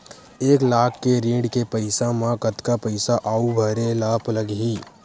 एक लाख के ऋण के पईसा म कतका पईसा आऊ भरे ला लगही?